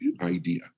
idea